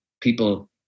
people